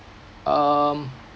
um